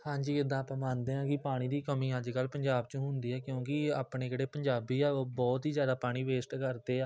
ਹਾਂਜੀ ਉਦਾਂ ਆਪਾਂ ਮੰਨਦੇ ਹਾਂ ਕਿ ਪਾਣੀ ਦੀ ਕਮੀ ਅੱਜ ਕੱਲ੍ਹ ਪੰਜਾਬ 'ਚ ਹੁੰਦੀ ਹੈ ਕਿਉਂਕਿ ਆਪਣੇ ਜਿਹੜੇ ਪੰਜਾਬੀ ਆ ਉਹ ਬਹੁਤ ਹੀ ਜ਼ਿਆਦਾ ਪਾਣੀ ਵੇਸਟ ਕਰਦੇ ਆ